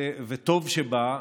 וטוב שבא,